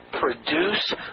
produce